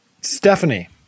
Stephanie